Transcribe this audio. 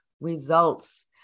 results